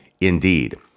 indeed